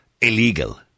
Illegal